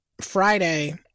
Friday –